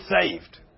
saved